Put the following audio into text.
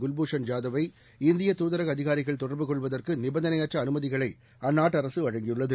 குவ்பூஷன் ஜாதவ் வை இந்தியதூதரகஅதிகாரிகள் தொடர்பு கொள்வதற்குநிபந்தனையற்றஅனுமதிகளைஅந்நாட்டுஅரசுவழங்கியுள்ளது